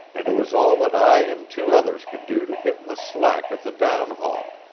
and it was all that i and two others could do to get in the slack of the downhaul,